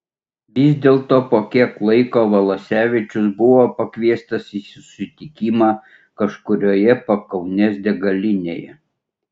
vis dėlto po kiek laiko valasevičius buvo pakviestas į susitikimą kažkurioje pakaunės degalinėje